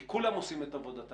כי כולם עושים את עבודתם.